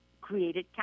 created